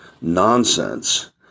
nonsense